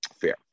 Fair